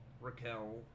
Raquel